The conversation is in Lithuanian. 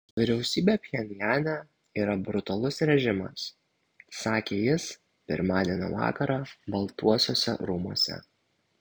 vyriausybė pchenjane yra brutalus režimas sakė jis pirmadienio vakarą baltuosiuose rūmuose